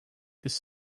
this